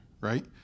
right